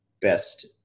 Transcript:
best